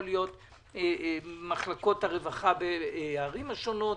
יכול להיות שזה מחלקות הרווחה בערים השונות,